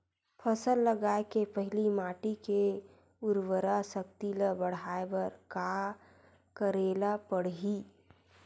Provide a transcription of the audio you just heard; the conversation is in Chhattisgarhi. फसल लगाय के पहिली माटी के उरवरा शक्ति ल बढ़ाय बर का करेला पढ़ही?